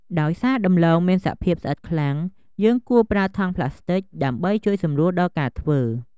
ដោយសារដំឡូងមានសភាពស្អិតខ្លាំង យើងគួរប្រើថង់ប្លាស្ទិកដើម្បីជួយសម្រួលដល់ការធ្វើ។